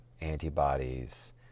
antibodies